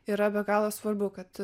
yra be galo svarbu kad